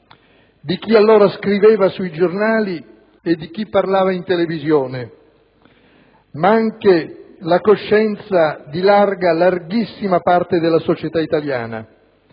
di chi allora scriveva sui giornali e di chi parlava in televisione; ma anche la coscienza di larga, larghissima parte della società italiana,